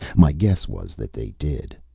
my guess was that they did.